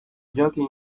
joking